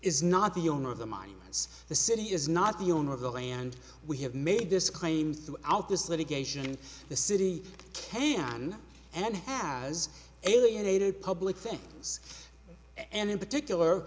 is not the owner of the mine the city is not the owner of the land we have made this claim throughout this litigation and the city can and has alienated public things and in particular